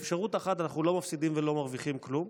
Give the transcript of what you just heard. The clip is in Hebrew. באפשרות אחת אנחנו לא מפסידים ולא מרוויחים כלום,